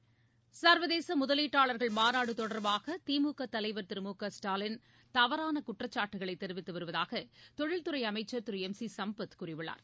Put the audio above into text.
தொடர்பாக சர்வகேச முதலீட்டாளர்கள் மாநாடு திமுக தலைவர் திரு மு க ஸ்டாலின் தவறான குற்றச்சாட்டுகளை தெரிவித்து வருவதாக தொழில்துறை அமைச்சர் திரு எம் சி சம்பத் கூறியுள்ளார்